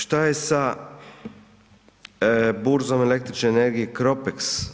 Šta je sa burzom električne energije CROPEX?